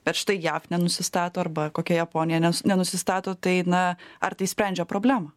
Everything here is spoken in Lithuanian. bet štai jav nenusistato arba kokia japonija nes nenusistato tai na ar tai sprendžia problemą